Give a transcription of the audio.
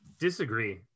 disagree